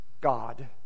God